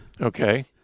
Okay